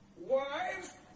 Wives